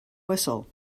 whistle